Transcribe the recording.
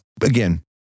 Again